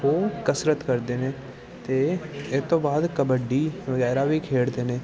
ਉਹ ਕਸਰਤ ਕਰਦੇ ਨੇ ਅਤੇ ਇਸ ਤੋਂ ਬਾਅਦ ਕਬੱਡੀ ਵਗੈਰਾ ਵੀ ਖੇਡਦੇ ਨੇ